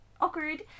Awkward